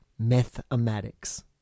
Mathematics